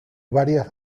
varias